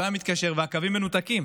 הוא התקשר והקווים מנותקים.